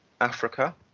Africa